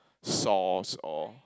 sauce or